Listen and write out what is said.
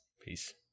peace